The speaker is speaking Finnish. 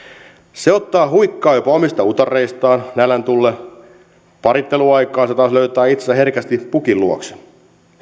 se ottaa huikkaa jopa omista utareistaan nälän tullen paritteluaikaan se taas löytää itse herkästi pukin luokse